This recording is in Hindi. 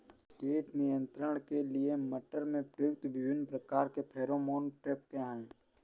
कीट नियंत्रण के लिए मटर में प्रयुक्त विभिन्न प्रकार के फेरोमोन ट्रैप क्या है?